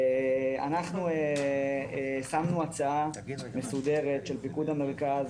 אנחנו שמנו הצעה מסודרת של פיקוד המרכז